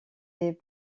des